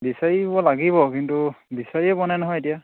বিচাৰিব লাগিব কিন্তু বিচাৰিয়ে পোৱা নাই নহয় এতিয়া